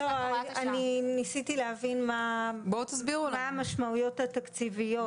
ניסיתי להבין מה המשמעויות התקציביות.